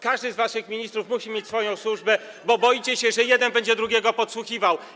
Każdy z waszych ministrów musi mieć swoją służbę, bo boicie się, że jeden będzie drugiego podsłuchiwał.